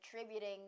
attributing